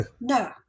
no